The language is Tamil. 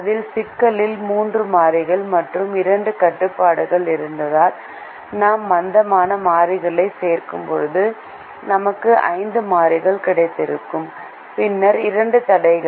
அசல் சிக்கலில் மூன்று மாறிகள் மற்றும் இரண்டு கட்டுப்பாடுகள் இருந்தால் நாம் மந்தமான மாறிகளைச் சேர்க்கும்போது நமக்கு ஐந்து மாறிகள் கிடைத்திருக்கும் பின்னர் இரண்டு தடைகள்